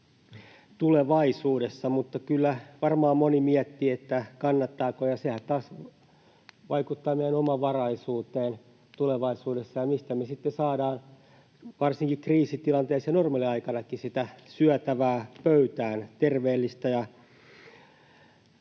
tulevaisuudessa, mutta kyllä varmaan moni miettii, kannattaako. Sehän taas vaikuttaa meidän omavaraisuuteen tulevaisuudessa. Mistä me sitten saadaan varsinkin kriisitilanteissa ja normaaliaikanakin sitä syötävää pöytään, terveellistä ja